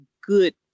good